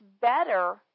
better